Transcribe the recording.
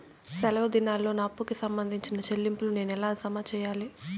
సెలవు దినాల్లో నా అప్పుకి సంబంధించిన చెల్లింపులు నేను ఎలా జామ సెయ్యాలి?